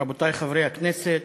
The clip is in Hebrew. רבותי חברי הכנסת,